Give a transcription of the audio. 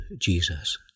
Jesus